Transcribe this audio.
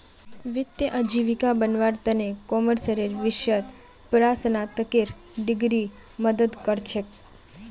वित्तीय आजीविका बनव्वार त न कॉमर्सेर विषयत परास्नातकेर डिग्री मदद कर छेक